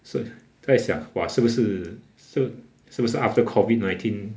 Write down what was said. so 在想 !wah! 是不是 so~ 是不是 after COVID nineteen